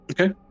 okay